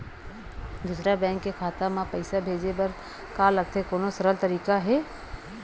दूसरा बैंक के खाता मा पईसा भेजे बर का लगथे कोनो सरल तरीका हे का?